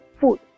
food